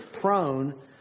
prone